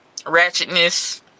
Ratchetness